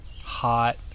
Hot